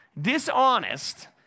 dishonest